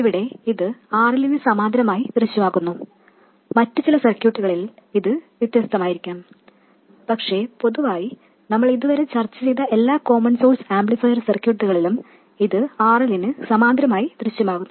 ഇവിടെ ഇത് RLന് സമാന്തരമായി ദൃശ്യമാകുന്നു മറ്റ് ചില സർക്യൂട്ടുകളിൽ ഇത് വ്യത്യസ്തമായിരിക്കാം പക്ഷേ പൊതുവായി നമ്മൾ ഇതുവരെ ചർച്ച ചെയ്ത എല്ലാ കോമൺ സോഴ്സ് ആംപ്ലിഫയർ സർക്യൂട്ടുകളിലും ഇത് RLന് സമാന്തരമായി ദൃശ്യമാകുന്നു